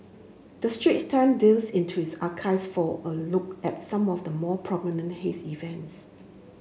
the Straits Times delves into its archives for a look at some of the more prominent haze events